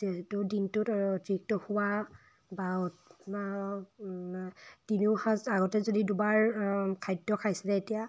যিহেতু দিনটোত অতিৰিক্ত শুৱা বা তিনিও সাঁজ আগতে যদি দুবাৰ খাদ্য খাইছিলে এতিয়া